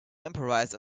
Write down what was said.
improvise